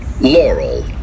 Laurel